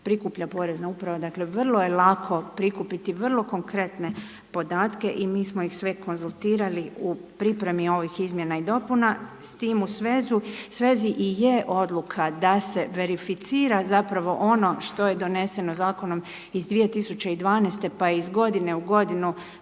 prikuplja Porezna uprava. Dakle, vrlo je lako prikupiti vrlo konkretne podatke i mi smo ih sve konzultirali u pripremi ovih izmjena i dopuna. S tim u svezi i je odluka da se verificira zapravo ono što je doneseno zakonom iz 2012. pa je iz godine u godinu